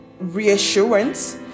reassurance